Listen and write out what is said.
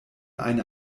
eine